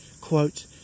Quote